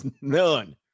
none